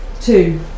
two